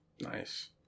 Nice